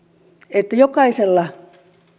että jokaisella